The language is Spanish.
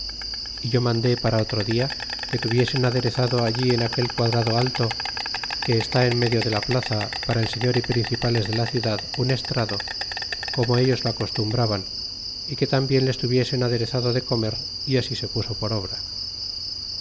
e yo mandé para otro dia que tuviw n aderezado allí en e aquel quadrado alto que e t en medio de la plaza para el see ñor y principales de la ciudad un estrado c imo ellos lo acose tumbraban y que tambien les tuviesen aderezado de comer y r mi se puso por obra